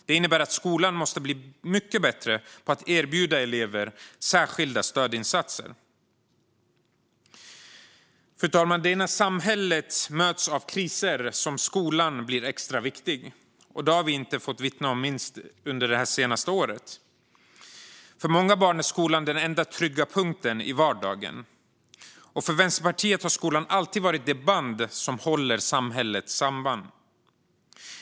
Det innebär att skolan måste bli mycket bättre på att erbjuda elever särskilda stödinsatser. Fru talman! Det är när samhället möts av kriser som skolan blir extra viktig. Det har vi bevittnat inte minst under det senaste året. För många barn är skolan den enda trygga punkten i vardagen. För Vänsterpartiet har skolan alltid varit det band som håller samhället samman.